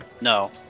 No